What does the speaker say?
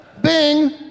Bing